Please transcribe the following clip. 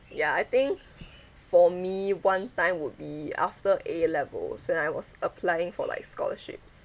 ya I think for me one time would be after A levels when I was applying for like scholarships